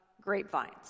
grapevines